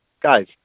guys